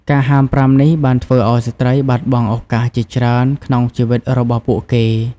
ការហាមប្រាមនេះបានធ្វើឱ្យស្ត្រីបាត់បង់ឱកាសជាច្រើនក្នុងជីវិតរបស់ពួកគេ។